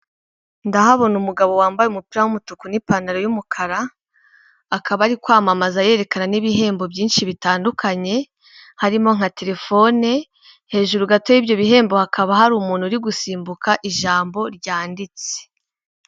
Ndahabona umugabo wambaye umupira w'umutuku n'ipantaro y'umukara akaba ari kwamamaza yerekana n'ibihembo byinshi bitandukanye harimo nka terefone, hejuru gato y'ibyo bihembo hakaba hari umuntu uri gusimbuka ijambo ryanditse.